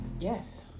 Yes